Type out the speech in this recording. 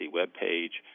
webpage